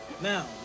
Now